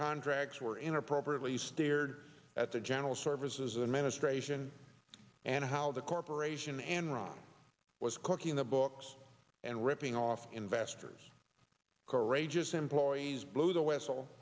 contracts were inappropriately stared at the general services administration and how the corporation and wrong was cooking the books and ripping off investors courageous employees blew the whistle